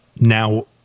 now